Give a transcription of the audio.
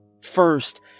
First